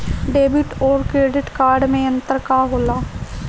Debit और credit card मे अंतर का होला?